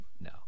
No